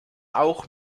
auch